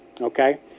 Okay